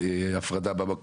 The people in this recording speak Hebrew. אמרתי לה אותו דבר